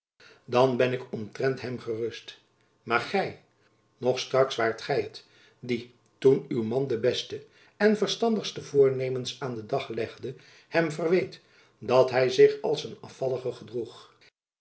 dan ben ik omtrent hem gerust maar gy nog straks waart gy het die toen uw man de beste en verstandigste voornemens aan den dag legde hem verweet dat hy zich als een afvallige gedroeg